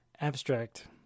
abstract